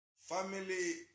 family